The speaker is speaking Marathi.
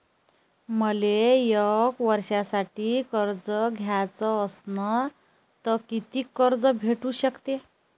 मले एक वर्षासाठी कर्ज घ्याचं असनं त कितीक कर्ज भेटू शकते?